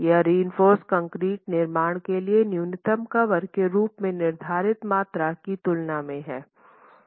यह reinforce concrete निर्माण के लिए न्यूनतम कवर के रूप में निर्धारित मात्रा की तुलना में कम है